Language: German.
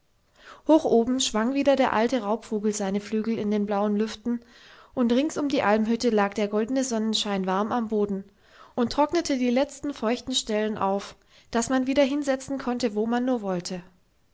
hoch oben schwang wieder der alte raubvogel seine flügel in den blauen lüften und rings um die almhütte lag der goldene sonnenschein warm am boden und trocknete die letzten feuchten stellen auf daß man wieder hinsetzen konnte wo man nur wollte